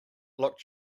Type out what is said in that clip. look